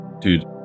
Dude